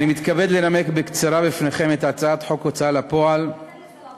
אני מתכבד לנמק בפניכם בקצרה את הצעת חוק ההוצאה לפועל (תיקון,